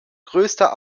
größter